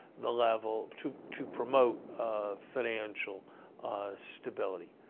the level, to to promote um financial stability.